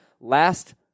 last